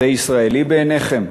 זה ישראלי בעיניכם?